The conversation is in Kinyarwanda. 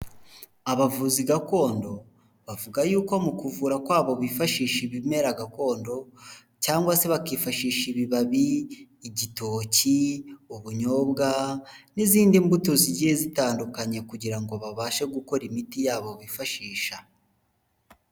Abavuzi gakondo bavuga yuko mu kuvura kwabo bifashisha ibimera gakondo cyangwa se bakifashisha ibibabi, igitoki, ubunyobwa n'izindi mbuto zigiye zitandukanye kugira ngo babashe gukora imiti yabo bifashisha.